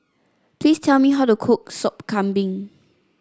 please tell me how to cook Sop Kambing